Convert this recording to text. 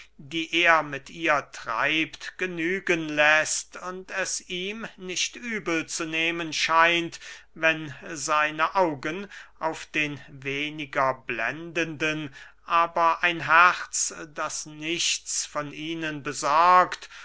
die er mit ihr treibt genügen läßt und es ihm nicht übel zu nehmen scheint wenn seine augen auf den weniger blendenden aber ein herz das nichts von ihnen besorgt